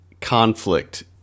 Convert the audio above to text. conflict